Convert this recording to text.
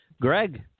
Greg